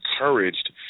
encouraged